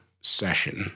session